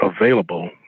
available